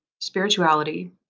spirituality